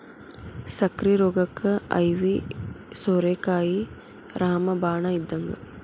ಸಕ್ಕ್ರಿ ರೋಗಕ್ಕ ಐವಿ ಸೋರೆಕಾಯಿ ರಾಮ ಬಾಣ ಇದ್ದಂಗ